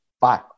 Bye